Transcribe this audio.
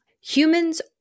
Humans